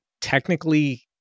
technically